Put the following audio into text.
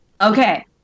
Okay